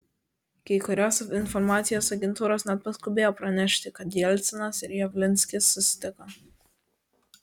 kai kurios informacijos agentūros net paskubėjo pranešti kad jelcinas ir javlinskis susitiko